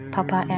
Papa